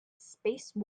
space